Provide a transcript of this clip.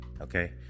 Okay